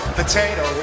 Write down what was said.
potato